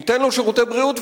ניתן לו שירותי בריאות,